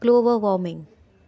global warming